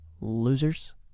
losers